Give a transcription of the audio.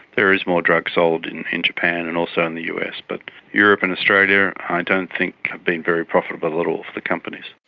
there is more drugs sold in in japan and also in the us. but europe and australia i don't think have been very profitable at all for the companies.